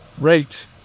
rate